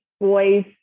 Boys